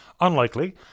Unlikely